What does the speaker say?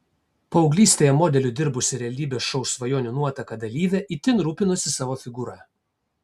paauglystėje modeliu dirbusi realybės šou svajonių nuotaka dalyvė itin rūpinosi savo figūra